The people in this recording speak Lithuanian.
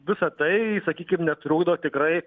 visa tai sakykim netrukdo tikrai